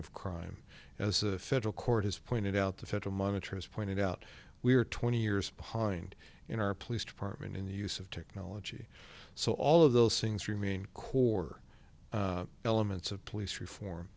of crime as a federal court has pointed out the federal monitor has pointed out we are twenty years behind in our police department in the use of technology so all of those things remain core elements of police reform